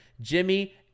Jimmy